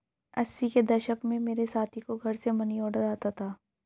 अस्सी के दशक में मेरे साथी को घर से मनीऑर्डर आता था